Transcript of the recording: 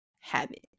habit